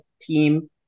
team